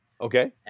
Okay